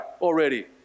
already